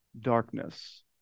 darkness